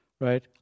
right